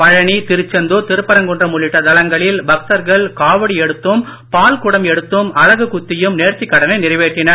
பழனி திருச்செந்தூர் திருப்பரங்குன்றம் உள்ளிட்ட தலங்களில் பக்தர்கள் காவடி எடுத்தும் பால் குடம் எடுத்தும் அலகு குத்தியும் நேர்த்திக் கடனை நிறைவேற்றினர்